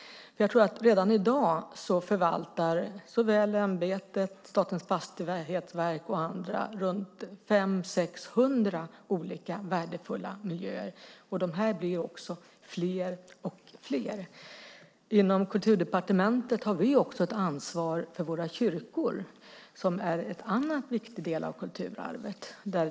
Jag tror att redan i dag förvaltar ämbetet, Statens fastighetsverk och andra runt 500-600 olika värdefulla miljöer, och de blir också fler och fler. Vi på Kulturdepartementet har också ett ansvar för våra kyrkor. Det är en annan viktig del av kulturarvet.